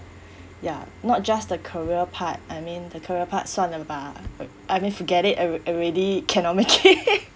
ya not just the career part I mean the career part 算了吧 I mean forget it alre~ already cannot make it